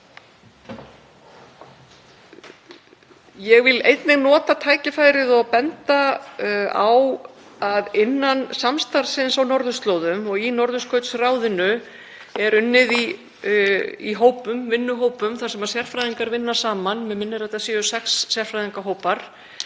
Ég vil einnig nota tækifærið og benda á að innan samstarfsins á norðurslóðum og í Norðurskautsráðinu er unnið í vinnuhópum þar sem sérfræðingar vinna saman. Mig minnir að þetta séu sex sérfræðingahópar